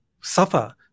suffer